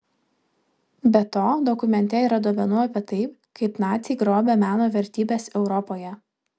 be to dokumente yra duomenų apie tai kaip naciai grobė meno vertybes europoje